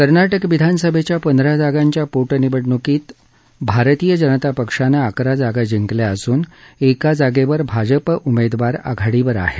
कर्नाटक विधानसभेच्या पंधरा जागांच्या पोटनिवडणुकीत भारतीय जनता पक्षाने अकरा जागा जिंकल्या असून एका जागेवर भाजप उमेदवार आघाडीवर आहे